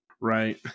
Right